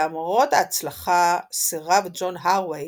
למרות ההצלחה סירב ג'ון הארווי